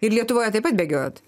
ir lietuvoje taip pat bėgiot